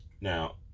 Now